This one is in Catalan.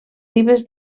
ribes